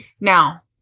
Now